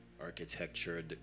architecture